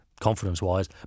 confidence-wise